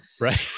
Right